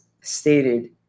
stated